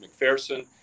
McPherson